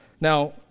Now